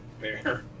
bear